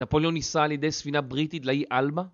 נפוליאון נישא על ידי ספינה בריטית לאי עלמה?